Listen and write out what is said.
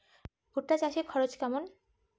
ভুট্টা চাষে খরচ কেমন?